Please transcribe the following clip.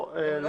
יש לנו